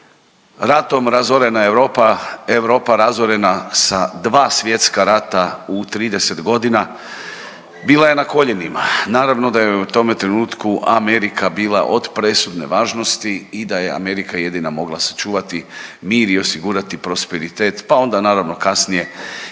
Ratom razorena Europa, Europa razorena sa dva svjetska rata u 30.g. bila je na koljenima, naravno da joj je u tome trenutku Amerika bila od presudne važnosti i da je Amerika jedina mogla sačuvati mir i osigurati prosperitet, pa onda naravno kasnije i